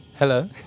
Hello